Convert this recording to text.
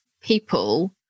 people